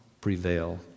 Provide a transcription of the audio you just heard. prevail